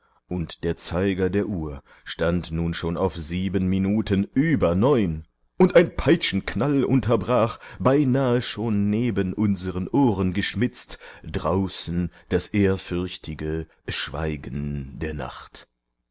und der zeiger der uhr stand nun schon auf sieben minuten über neun und ein peitschenknall unterbrach beinahe schon neben unseren ohren geschmitzt draußen das ehrfürchtige schweigen der nacht